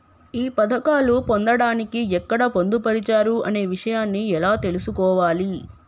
ఈ పథకాలు పొందడానికి ఎక్కడ పొందుపరిచారు అనే విషయాన్ని ఎలా తెలుసుకోవాలి?